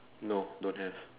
no don't have